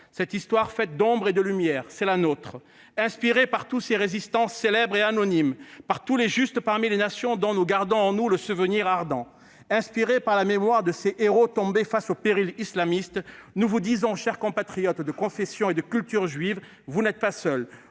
Cette histoire faite d'ombres et de lumières, c'est la nôtre. Inspirés par tous ces résistants, célèbres et anonymes, par tous les Justes parmi les nations, dont nous gardons le souvenir ardent, inspirés par la mémoire de ces héros tombés face au péril islamiste, nous vous disons, chers compatriotes de confession et de culture juives, vous n'êtes pas seuls